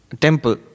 temple